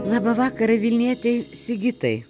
labą vakarą vilnietei sigitai